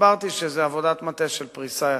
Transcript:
הסברתי שזו עבודת מטה של פריסה,